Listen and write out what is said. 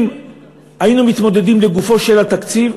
אם היינו מתמודדים לגופו של התקציב,